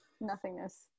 Nothingness